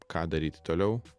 ką daryti toliau